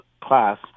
class